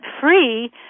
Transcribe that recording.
free